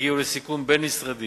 הגיעו לסיכום בין-משרדי